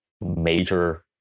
major